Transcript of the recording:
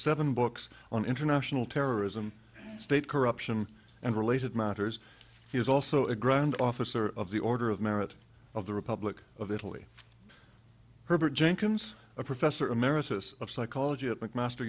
seven books on international terrorism state corruption and related matters he is also a grand officer of the order of merit of the republic of italy herbert jenkins a professor emeritus of psychology at mcmaster